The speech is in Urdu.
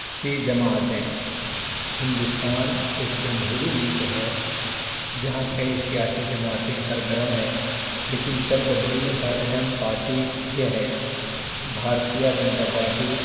سی جماعتیں ہندوستان ایک جمہوری ملک ہے جہاں کئی سیاسی جماعتیں سرگرم ہیں لیکن چند بڑی اور اہم پارٹی یہ ہیں بھارتیہ جنٹا پارٹی